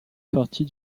partie